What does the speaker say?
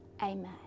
Amen